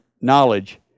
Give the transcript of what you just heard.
knowledge